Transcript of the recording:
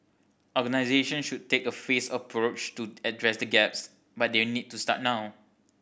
organisation should take a phased approach to address the gaps but their need to start now